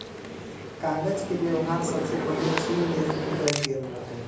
कागज के वेबहार सबसे पहिले चीन देश में कएल गेल रहइ